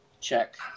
check